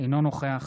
אינו נוכח